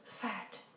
fat